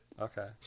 Okay